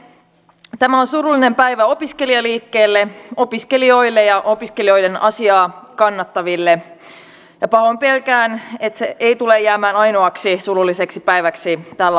tämä on surullinen päivä opiskelijaliikkeelle opiskelijoille ja opiskelijoiden asiaa kannattaville ja pahoin pelkään että se ei tule jäämään ainoaksi surulliseksi päiväksi tällä hallituskaudella